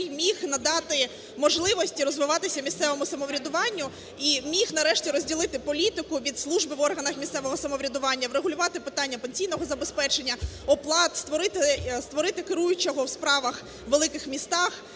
міг надати можливості розвиватися місцевому самоврядуванню і міг нарешті розділити політику від служби в органах місцевого самоврядування, врегулювати питання пенсійного забезпечення, оплат, створити керуючого в справах у великих містах